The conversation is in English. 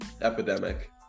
epidemic